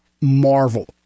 marvel